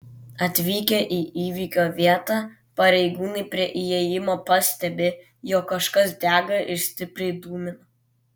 atvykę į įvykio vietą pareigūnai prie įėjimo pastebi jog kažkas dega ir stipriai dūmina